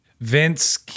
Vince